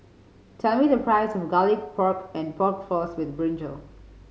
tell me the price of Garlic Pork and Pork Floss with brinjal